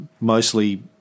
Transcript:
mostly